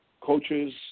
coaches